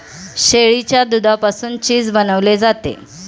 शेळीच्या दुधापासून चीज बनवले जाते